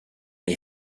les